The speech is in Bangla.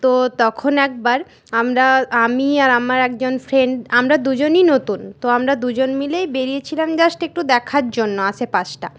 তো তখন একবার আমরা আমি আর আমার একজন ফ্রেন্ড আমরা দুজনেই নতুন তো আমরা দুজন মিলেই বেরিয়েছিলাম জাস্ট একটু দেখার জন্য আসে পাশটা